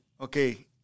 okay